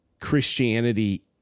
christianity